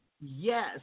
Yes